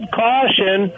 caution